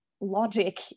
logic